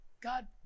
God